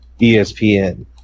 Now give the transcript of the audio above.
ESPN